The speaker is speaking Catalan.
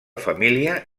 família